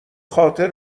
خاطر